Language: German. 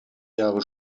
jahre